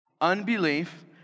Unbelief